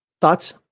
Thoughts